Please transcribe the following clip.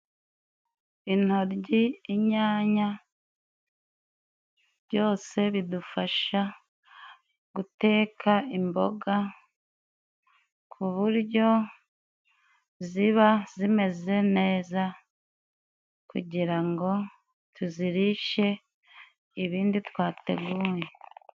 Inoryi, inyanya byose bidufasha guteka imboga ku buryo ziba zimeze neza, kugira ngo tuzirishe ibindi twateguye.